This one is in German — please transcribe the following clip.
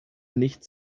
nicht